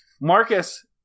Marcus